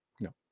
No